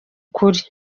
kuri